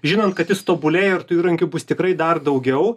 žinant kad jis tobulėja ir tų įrankių bus tikrai dar daugiau